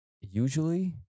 usually